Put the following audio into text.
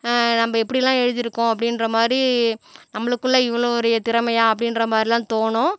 நம்ம எப்படிலாம் எழுதியிருக்கோம் அப்படின்ற மாதிரி நம்மளுக்குள்ளே இவ்வளோ ஒரு திறமையா அப்படின்ற மாதிரிலாம் தோணும்